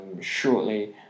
shortly